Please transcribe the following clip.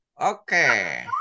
okay